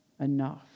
enough